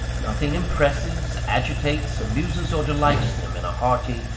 nothing impresses, agitates, amuses, or delights them in a hearty,